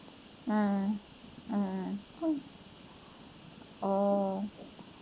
um um oh